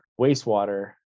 wastewater